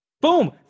Boom